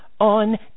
on